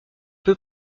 peu